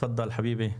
תפדל חביבי.